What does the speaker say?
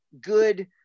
good